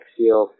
feel